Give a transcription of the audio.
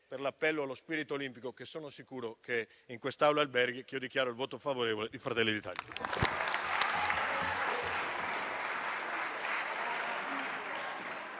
per l'appello allo spirito olimpico che sono sicuro che in quest'Aula alberghi, dichiaro il voto favorevole di Fratelli d'Italia.